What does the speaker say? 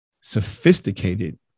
sophisticated